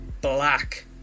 black